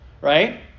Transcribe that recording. right